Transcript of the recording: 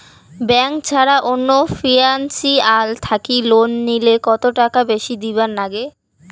Bank ছাড়া অন্য financial থাকি লোন নিলে কতটাকা বেশি দিবার নাগে?